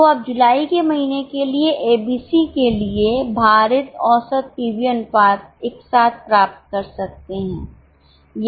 तो आप जुलाई के महीने के लिए एबीसी के लिए भारित औसत पीवी अनुपात एक साथ प्राप्त कर सकते हैं या प्लान X 1